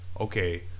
okay